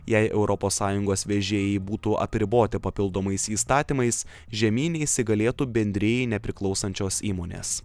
jei europos sąjungos vežėjai būtų apriboti papildomais įstatymais žemyne įsigalėtų bendrijai nepriklausančios įmonės